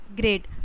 Great